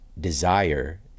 desire